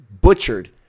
butchered